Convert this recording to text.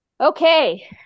Okay